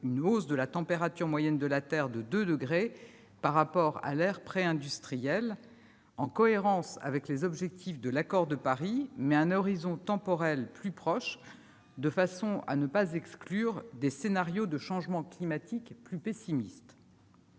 une hausse de la température moyenne de la Terre de 2 degrés par rapport à l'ère préindustrielle, en cohérence avec les objectifs de l'accord de Paris, mais à un horizon temporel plus proche de façon à ne pas exclure des scénarios de changement climatique plus pessimistes.